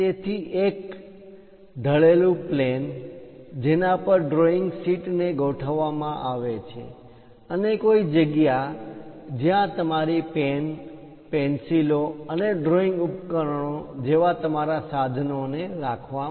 તેથી એક ઢળેલું પ્લેન જેના પર ડ્રોઇંગ શીટને ગોઠવવામાં આવે છે અને કોઈ જગ્યા જ્યા તમારી પેન પેન્સિલો અને ડ્રોઇંગ ઉપકરણો જેવા તમારા સાધનો ને રાખવા માટે